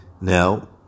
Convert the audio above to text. Now